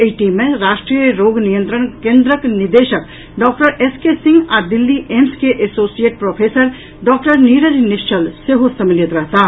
एहि टीम मे राष्ट्रीय रोग नियंत्रण केन्द्रक निदेशक डॉक्टर एस के सिंह आ दिल्ली एम्स के associate professor doctor Neeraj Nischal सेहो सम्मलित रहताह